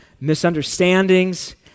misunderstandings